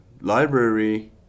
library